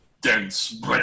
dense